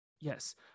Yes